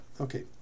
okay